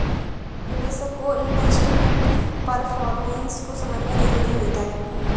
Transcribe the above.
निवेशक को investment performance को समझना जरुरी होता है